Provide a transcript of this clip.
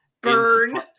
Burn